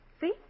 See